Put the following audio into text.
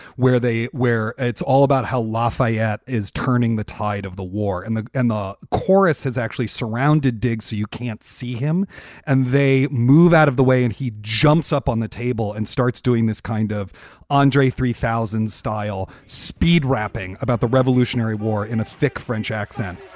where they where it's all about how lafayette is turning the tide of the war. in and the end, the chorus has actually surrounded diggs, so you can't see him and they move out of the way and he jumps up on the table and starts doing this kind of andre three thousand style speed, rapping about the revolutionary war in a thick french accent.